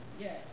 yes